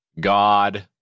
God